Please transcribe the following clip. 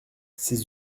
ses